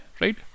right